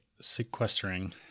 sequestering